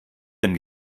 denn